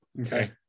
Okay